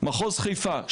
מחוז חיפה,